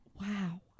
Wow